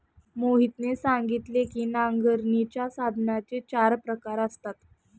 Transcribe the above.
मोहितने सांगितले की नांगरणीच्या साधनांचे चार प्रकार असतात